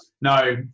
no